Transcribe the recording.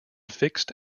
fixed